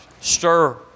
stir